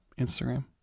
instagram